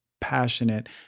passionate